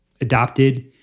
adopted